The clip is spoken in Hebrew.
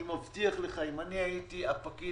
אני מבטיח לך, אם אני הייתי הפקיד